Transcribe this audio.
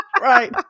right